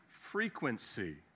frequency